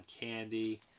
Candy